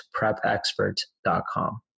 prepexpert.com